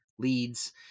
Leads